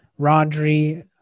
Rodri